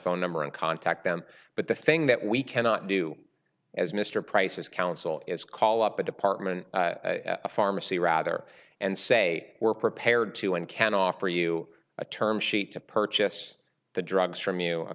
phone number and contact them but the thing that we cannot do as mr price is counsel is call up the department pharmacy rather and say we're prepared to and can offer you a term sheet to purchase the drugs from you